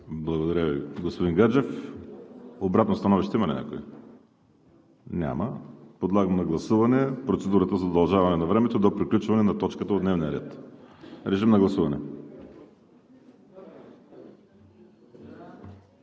Благодаря Ви, господин Гаджев. Обратно становище има ли някой? Няма. Подлагам на гласуване процедурата за удължаване на времето до приключване на точката от дневния ред. Гласували